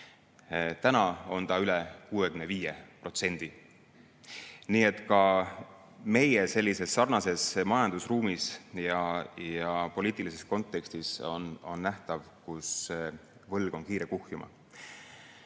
nüüd on see üle 65%. Seega ka meiega sarnases majandusruumis ja poliitilises kontekstis on nähtav, et võlg on kiire kuhjuma.